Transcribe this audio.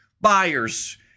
buyers